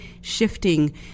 shifting